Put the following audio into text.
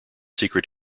secret